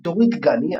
דורית גני,